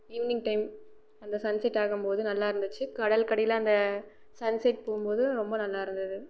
evening time அந்த sunset ஆகும் போது நல்லாருந்துச்சு கடலுக்கு அடியில் அந்த சன் செட் போகும் போது ரொம்ப நல்லாருந்தது